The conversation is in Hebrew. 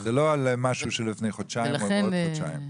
זה לא משהו שלפני חודשיים או לעוד חודשיים.